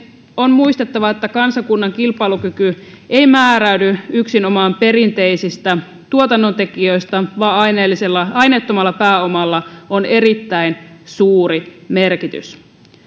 on muistettava että kansakunnan kilpailukyky ei määräydy yksinomaan perinteisistä tuotannontekijöistä vaan aineettomalla aineettomalla pääomalla on erittäin suuri merkitys